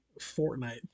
Fortnite